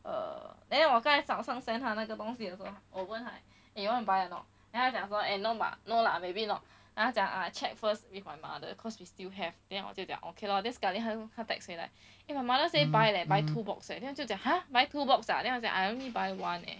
uh then 我刚才早上 send 他那个东西也是 overnight eh you want to buy or not then 他讲说 eh no bah no lah maybe not then 她讲 I check first with my mother cause we still have then 我就讲 okay lor then sekali 他他 text 回来 eh my mother say buy leh buy two box leh then 我就讲 !huh! I only buy one leh